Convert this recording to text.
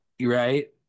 Right